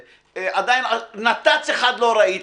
עדיין נת"צ אחד לא ראיתי.